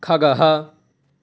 खगः